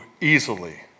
easily